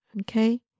okay